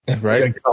right